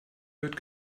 wird